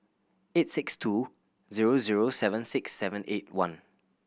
eight six two zero zero seven six seven eight one